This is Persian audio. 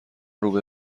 روبه